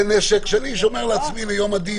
זה נשק שאני שומר לעצמי ליום הדין,